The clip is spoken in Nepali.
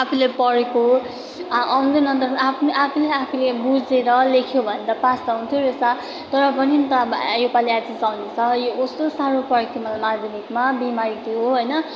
आफूले पढेको आउँदैन अन्त आफू आफूले आफूले बुझेर लेख्यो भने त पास त हुँदोरहेछ तर पनि त अब योपालि एचएस आउँदैछ यो कस्तो साह्रो परेको थियो मलाई माध्यमिकमा बिमारी थियो होइन